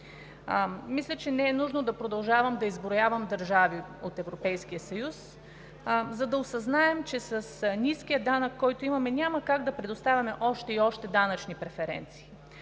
Мисля, че не е нужно да продължавам да изброявам държави от Европейския съюз, за да осъзнаем, че с ниския данък, който имаме, няма как да предоставяме още и още данъчни преференции.